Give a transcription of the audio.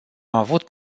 avut